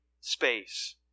space